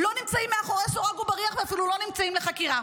לא נמצאים מאחורי סורג ובריח ואפילו לא נמצאים בחקירה.